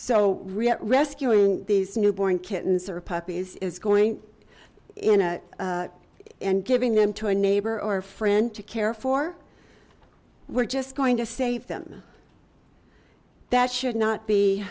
so rescuing these newborn kittens are puppies is going in a and giving them to a neighbor or friend to care for we're just going to save them that should not be